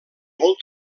molt